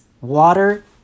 water